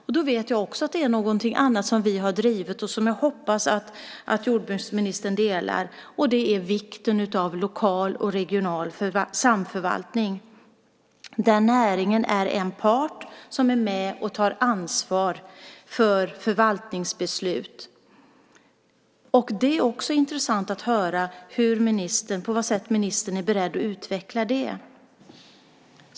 Då finns det någonting annat som jag vet att vi har drivit och som jag hoppas att jordbruksministern håller med om. Det handlar om vikten av lokal och regional samförvaltning där näringen är en part som är med och tar ansvar för förvaltningsbeslut. Det är också intressant att höra på vilket sätt ministern är beredd att utveckla det.